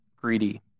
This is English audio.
greedy